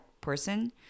person